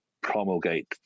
promulgate